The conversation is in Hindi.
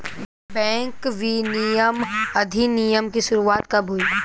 बैंक विनियमन अधिनियम की शुरुआत कब हुई?